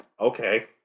Okay